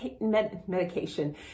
medication